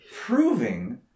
proving